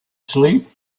sleep